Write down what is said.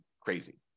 crazy